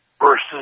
versus